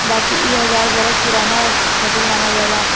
बाकी इ हजार बरस पुराना फसल मानल जाला